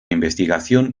investigación